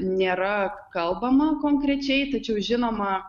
nėra kalbama konkrečiai tačiau žinoma